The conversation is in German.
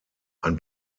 ein